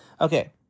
Okay